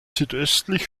südöstlich